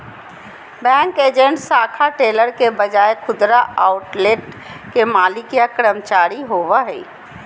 bank agent शाखा teller के बजाय खुदरा आउटलेट के मालिक या कर्मचारी होवो हइ